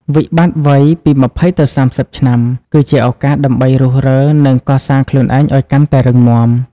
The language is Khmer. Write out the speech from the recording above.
វិបត្តិវ័យពី ២០ ទៅ ៣០ ឆ្នាំ គឺជាឱកាសដើម្បីរុះរើ និងកសាងខ្លួនឯងឱ្យកាន់តែរឹងមាំ។